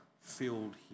filled